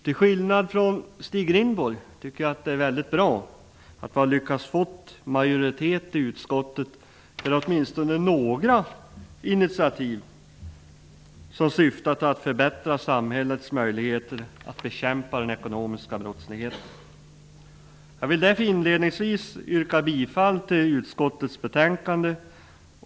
Till skillnad från Stig Rindborg tycker jag att det är mycket bra att vi har lyckats få majoritet i utskottet för åtminstone några initiativ som syftar till att förbättra samhällets möjligheter att bekämpa den ekonomiska brottsligheten. Jag vill därför inledningsvis yrka bifall till utskottets hemställan.